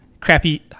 crappy